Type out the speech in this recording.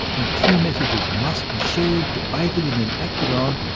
and key messages must be shared, debated and then acted um